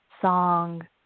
song